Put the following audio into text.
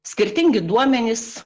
skirtingi duomenys